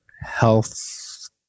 Health